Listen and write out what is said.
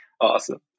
Awesome